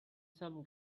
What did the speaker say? some